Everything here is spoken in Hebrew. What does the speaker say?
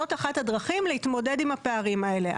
זאת אחת הדרכים להתמודד עם הפערים האלו.